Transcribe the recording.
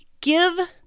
Give